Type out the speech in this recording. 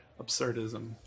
absurdism